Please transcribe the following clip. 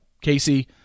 casey